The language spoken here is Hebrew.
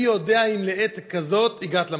"ומי יודע אם לעת כזאת הגעת למלכות".